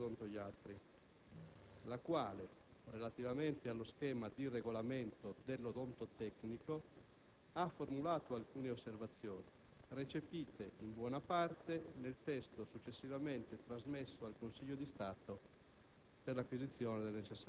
dei medici chirurghi e odontoiatri (FNOMCEO), la quale, relativamente allo schema di regolamento dell'odontotecnico, ha formulato alcune osservazioni, recepite in buona parte nel testo successivamente trasmesso al Consiglio di Stato